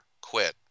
quit